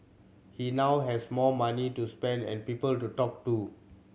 he now has more money to spend and people to talk to